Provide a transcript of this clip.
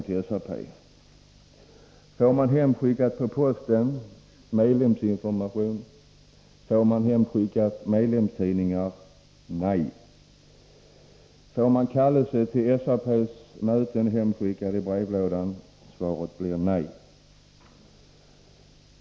Får man medlemsinformation hemskickad på posten? Får man medlemstidningar hemskickade? Nej. Får man kallelse till SAP:s möte hemskickad i brevlådan? Svaret blir nej.